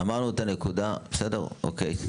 אוקיי.